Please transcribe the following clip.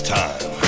time